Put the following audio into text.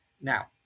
Now